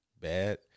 bad